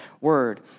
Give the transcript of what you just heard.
word